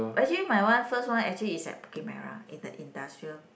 actually my one first one actually is at Bukit-Merah in the industrial